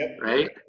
right